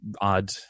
odd